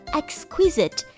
exquisite